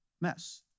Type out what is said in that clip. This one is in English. mess